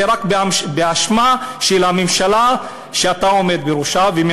זה רק באשמה של הממשלה שאתה עומד בראשה ושל